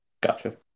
Gotcha